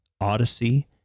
Odyssey